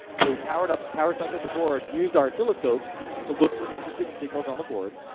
so, we powered up, power cycled the board, used our oscilloscope to look for interesting signals on the board.